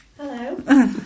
Hello